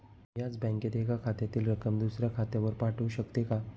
मी याच बँकेत एका खात्यातील रक्कम दुसऱ्या खात्यावर पाठवू शकते का?